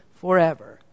forever